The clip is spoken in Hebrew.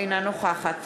אינה נוכחת